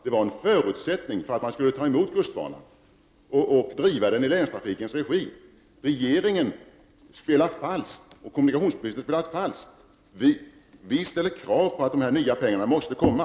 Det var en förutsättning för att man skulle åta sig att driva kustbanan i länstrafikens regi. Regeringen och kommunikationsministern spelar falskt. Vi ställer krav på att få de här pengarna.